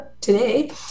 today